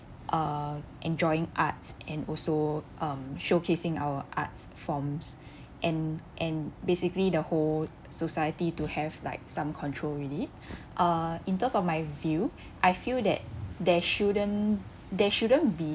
uh enjoying arts and also um showcasing our arts forms and and basically the whole society to have like some control really uh in terms of my view I feel that there shouldn't there shouldn't be